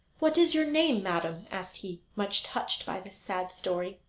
what is your name, madam asked he, much touched by this sad story.